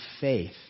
faith